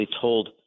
told